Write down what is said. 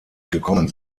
gekommen